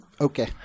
Okay